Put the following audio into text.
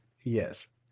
Yes